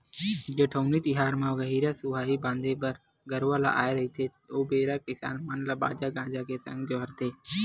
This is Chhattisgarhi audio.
जेठउनी तिहार म गहिरा सुहाई बांधे बर गरूवा ल आय रहिथे ओ बेरा किसान मन ल बाजा गाजा के संग जोहारथे